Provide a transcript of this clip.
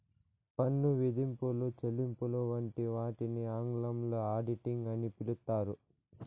పన్ను విధింపులు, చెల్లింపులు వంటి వాటిని ఆంగ్లంలో ఆడిటింగ్ అని పిలుత్తారు